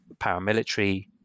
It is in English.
paramilitary